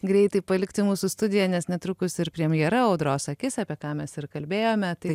greitai palikti mūsų studiją nes netrukus ir premjera audros akis apie ką mes ir kalbėjome tai